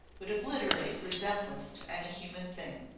would obliterate resemblance to any human thing.